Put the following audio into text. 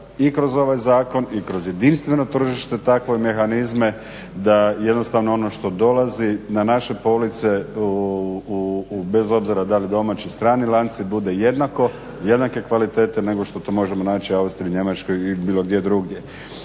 i kroz ovaj zakon i kroz jedinstveno tržište takve mehanizme da jednostavno ono što dolazi na naše police, bez obzira da li domaći ili strani lanci, bude jednako, jednake kvalitete nego što to možemo naći u Austriji, Njemačkoj i bilo gdje drugdje.